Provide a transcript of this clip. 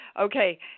Okay